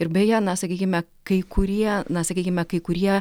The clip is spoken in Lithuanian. ir beje na sakykime kai kurie na sakykime kai kurie